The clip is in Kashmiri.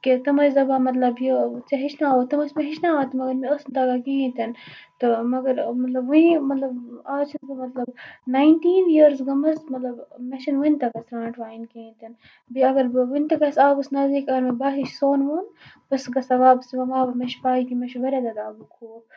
کہِ تِم ٲسۍ دَپان مطلب یہِ ژٕ ہٮ۪چھناو ہوٚتھ تِم ٲسۍ مےٚ ہٮ۪چھناوان تہِ مَگر مےٚ ٲسۍ نہٕ تَگان کِہینۍ تہِ نہٕ تہٕ مَگر مطلب آز چھَس بہٕ مطلب نَینٹیٖن یِیَٲرٕس گٔمٕژ مَگر مےٚ چھےٚ نہٕ وٕنہِ تَگان سرانٹھ وایِنۍ کِہینۍ تہِ نہٕ بیٚیہِ اَگر بہٕ وٕنہِ تہِ گژھ آبَس نَزدیٖک اَگر مےٚ باسہِ یہِ چھُ سرٛوٚن ووٚن بہٕ چھَس گژھان واپَس مےٚ چھےٚ پاے کہِ مےٚ چھُ واریاہ زیادٕ آبُک خوف